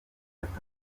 judith